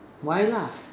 why lah